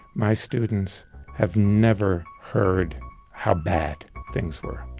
my students have never heard how bad things were.